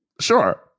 sure